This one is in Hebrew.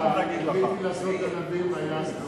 מדוע קיוויתי לעשות ענבים, ויעש באושים?